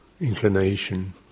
inclination